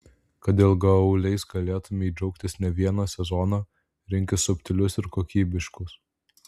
kad ilgaauliais galėtumei džiaugtis ne vieną sezoną rinkis subtilius ir kokybiškus